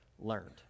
learned